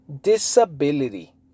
Disability